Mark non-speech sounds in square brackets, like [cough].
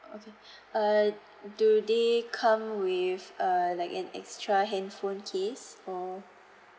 oh okay [breath] uh do they come with err like an extra handphone case or